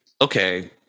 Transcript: okay